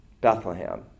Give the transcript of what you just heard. Bethlehem